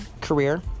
career